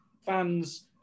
fans